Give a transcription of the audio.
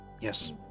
yes